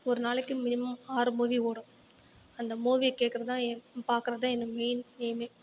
ஒரு நாளைக்கு மினிமம் ஆறு மூவி ஓடும் அந்த மூவியை கேக்கறதுதான் ஏ பாக்குறதுதான் என்னோடய மெயின் எய்மே